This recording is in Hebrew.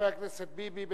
חבר הכנסת ביבי.